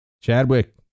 chadwick